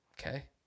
Okay